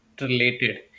related